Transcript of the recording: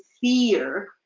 fear